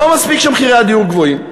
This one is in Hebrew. לא מספיק שמחירי הדיור גבוהים,